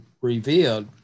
revealed